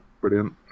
Brilliant